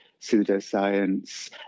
pseudoscience